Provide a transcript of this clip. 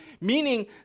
meaning